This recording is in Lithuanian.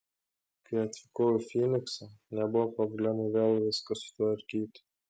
kai atvykau į fyniksą nebuvo problemų vėl viską sutvarkyti